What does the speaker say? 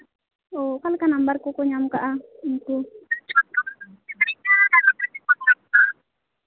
ᱚ ᱦᱚᱸᱜᱼᱚ ᱱᱚᱝᱠᱟ ᱱᱟᱢᱵᱟᱨ ᱠᱚ ᱚᱧᱟᱢ ᱟᱠᱟᱜᱼᱟ ᱩᱱᱠᱩ